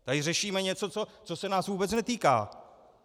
Tady řešíme něco, co se nás vůbec netýká.